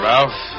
Ralph